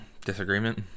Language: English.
disagreement